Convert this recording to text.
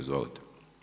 Izvolite.